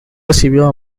recibió